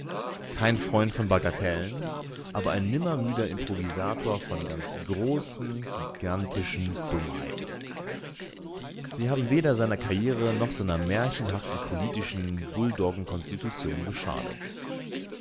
kein freund von bagatellen aber ein nimmermüder improvisator von ganz großen gigantischen dummheiten sie haben weder seiner karriere noch seiner märchenhaften politischen bulldoggenkonstitution geschadet